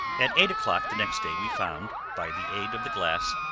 at eight o'clock the next day we found, by the aid of the glass,